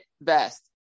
best